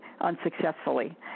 unsuccessfully